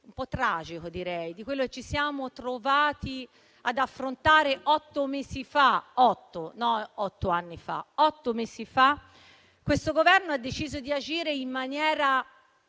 un po' tragico direi come quello che ci siamo trovati ad affrontare otto mesi fa - non otto anni fa, ma otto mesi fa - il Governo ha deciso di agire in maniera